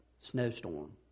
snowstorm